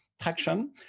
traction